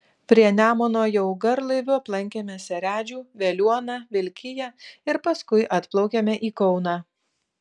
prie nemuno jau garlaiviu aplankėme seredžių veliuoną vilkiją ir paskui atplaukėme į kauną